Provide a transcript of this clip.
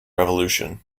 revolution